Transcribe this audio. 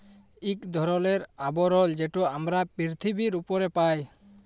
ইক ধরলের আবরল যেট আমরা পিরথিবীর উপরে পায়